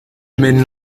mène